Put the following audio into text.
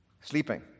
Sleeping